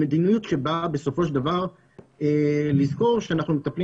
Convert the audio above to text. היא מדיניות שבאה בסופו של דבר לזכור שאנחנו מטפלים